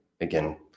again